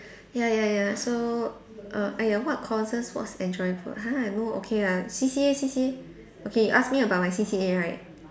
ya ya ya so err !aiya! what courses was enjoyable !huh! no okay lah C_C_A C_C_A okay you ask me about my C_C_A right